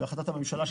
והחלטת הממשלה,